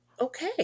Okay